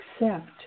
accept